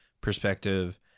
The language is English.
perspective